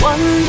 One